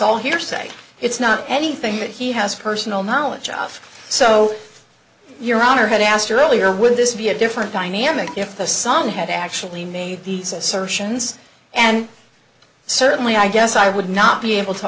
all hearsay it's not anything that he has personal knowledge of so your honor had asked earlier would this be a different dynamic if the son had actually made these assertions and certainly i guess i would not be able to